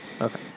Okay